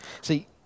see